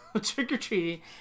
trick-or-treating